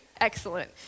Excellent